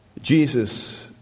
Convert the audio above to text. Jesus